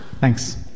Thanks